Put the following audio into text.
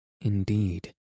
indeed